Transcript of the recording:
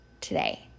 today